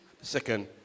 second